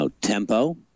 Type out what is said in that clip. tempo